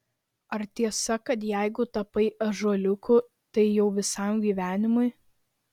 ar tiesa kad jeigu tapai ąžuoliuku tai jau visam gyvenimui